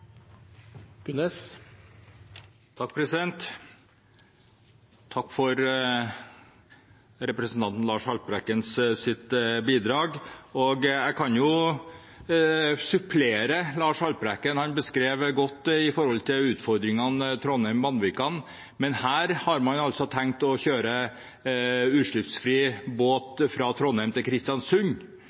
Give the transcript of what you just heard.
Takk for representanten Lars Haltbrekkens bidrag. Jeg kan supplere Lars Haltbrekken. Han beskrev utfordringene ved Trondheim–Vanvikan godt, men her har man altså tenkt å kjøre utslippsfri båt fra Trondheim til Kristiansund,